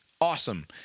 awesome